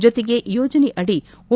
ಜೊತೆಗೆ ಯೋಜನೆಯಡಿ ಓ